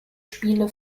spiele